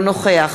אינו נוכח